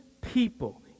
people